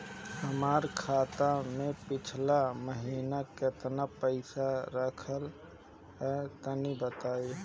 हमार खाता मे पिछला महीना केतना पईसा रहल ह तनि बताईं?